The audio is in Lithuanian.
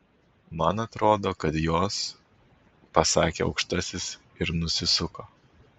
man atrodo kad jos pasakė aukštasis ir nusisuko